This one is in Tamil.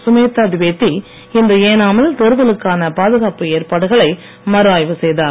சுமேதா துவிவேதி இன்று ஏனா மில் தேர்தலுக்கான பாதுகாப்பு ஏற்பாடுகளை மறுஆய்வு செய்தார்